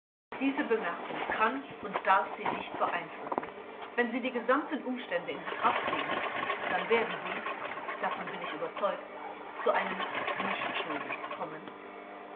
diese bemerkung kann und darf sie nicht beeinflussen wenn sie die gesamten umstände in betracht ziehen dann werden sie davon bin ich überzeugt zu einem nichtschuldig kommen